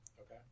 Okay